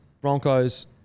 Broncos